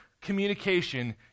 communication